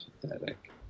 pathetic